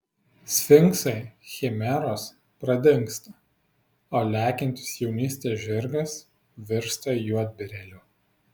sfinksai chimeros pradingsta o lekiantis jaunystės žirgas virsta juodbėrėliu